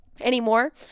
anymore